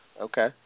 Okay